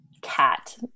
cat